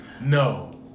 No